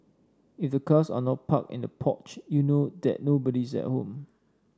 if the cars are not parked in the porch you know that nobody's at home